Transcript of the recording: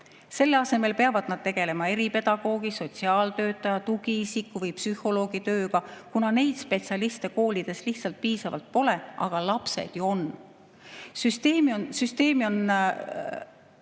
Selle asemel peavad nad tegelema eripedagoogi, sotsiaaltöötaja, tugiisiku või psühholoogi tööga, kuna neid spetsialiste koolides lihtsalt piisavalt pole, aga [neid vajavad] lapsed ju on. Süsteem on